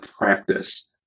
practice